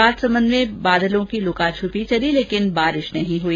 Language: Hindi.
राजसमंद में बादलों की लुकाछिपी चली लेकिन बारिश नहीं हुई